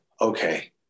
okay